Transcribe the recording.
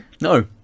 No